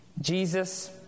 Jesus